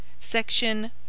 section